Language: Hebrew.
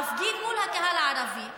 מפגין מול הקהל הערבי,